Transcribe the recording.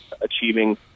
achieving